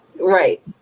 right